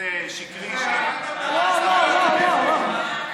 בחוזה שקרי, לא, לא, לא, לא.